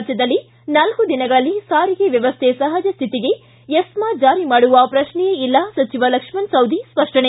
ರಾಜ್ಯದಲ್ಲಿ ನಾಲ್ಕು ದಿನಗಳಲ್ಲಿ ಸಾರಿಗೆ ವ್ಯವಸ್ಥೆ ಸಹಜ ಶ್ಥಿತಿಗೆ ಎಸ್ಮಾ ಜಾರಿ ಮಾಡುವ ಪ್ರಕ್ಷೆಯೇ ಇಲ್ಲ ಸಚಿವ ಲಕ್ಷ್ಮಣ ಸವದಿ ಸ್ಪಷ್ಟನೆ